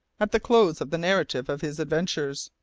at the close of the narrative of his adventures,